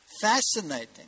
Fascinating